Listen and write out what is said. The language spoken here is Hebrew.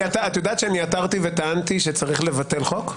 עתרתי וטענתי שצריך לבטל חוק.